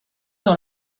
dans